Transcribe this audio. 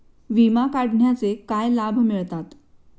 विमा काढण्याचे काय लाभ मिळतात?